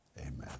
Amen